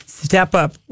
Step-up